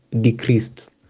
decreased